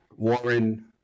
Warren